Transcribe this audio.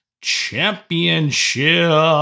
Championship